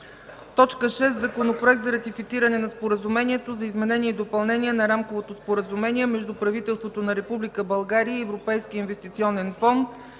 г. 6. Законопроект за ратифициране на Споразумението за изменение и допълнение на Рамковото споразумение между правителството на Република България и Европейския инвестиционен фонд